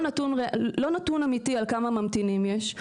לא נתון אמיתי על כמה ממתינים יש,